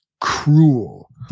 cruel